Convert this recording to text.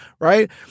Right